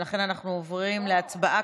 ולכן אנחנו עוברים להצבעה,